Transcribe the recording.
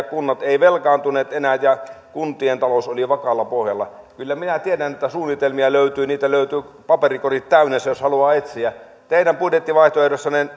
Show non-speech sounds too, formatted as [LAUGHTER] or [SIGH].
[UNINTELLIGIBLE] kunnat eivät velkaantuneet enää ja kuntien talous oli vakaalla pohjalla kyllä minä tiedän että suunnitelmia löytyy niitä löytyy paperikorit täynnä jos haluaa etsiä teidän budjettivaihtoehdossanne [UNINTELLIGIBLE]